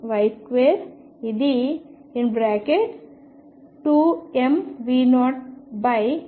కూడా ఉంది ఇది L222mV02 Y2 అవుతుంది